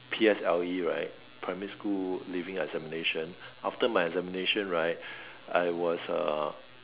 P_S_L_E right primary school leaving examination after my examination right I was a